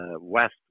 west